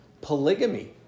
polygamy